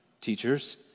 teachers